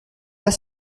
pas